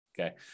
Okay